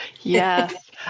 Yes